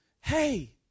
hey